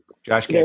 Josh